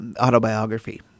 autobiography